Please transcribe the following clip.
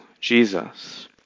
Jesus